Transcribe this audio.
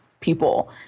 people